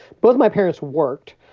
both my parents worked.